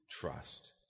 trust